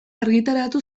argitaratu